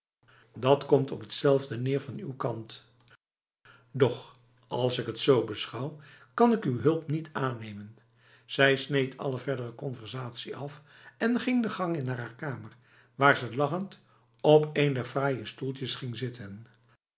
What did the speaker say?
dat komt op hetzelfde neer van uw kant doch als ik het z beschouw kan ik uw hulp niet aannemen zij sneed alle verdere conversatie af en ging de gang in naar haar kamer waar ze lachend op een der fraaie stoeltjes ging zitten